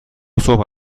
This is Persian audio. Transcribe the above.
صبح